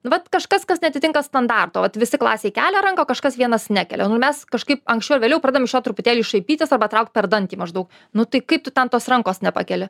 nu vat kažkas kas neatitinka standarto vat visi klasėj kelia ranką o kažkas vienas nekelia nu mes kažkaip anksčiau ar vėliau pradedam iš jo truputėlį šaipytis arba traukt per dantį maždaug nu tai kaip tu ten tos rankos nepakeli